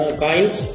coins